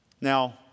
Now